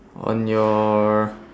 on your